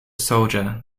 soldier